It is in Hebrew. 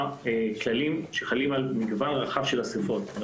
כללים שחלים על מגוון רחב של אסיפות.